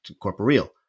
corporeal